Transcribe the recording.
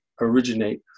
originate